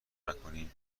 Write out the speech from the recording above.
نکنین